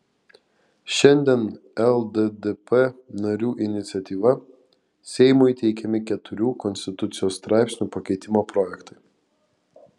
šiandien lddp narių iniciatyva seimui teikiami keturių konstitucijos straipsnių pakeitimo projektai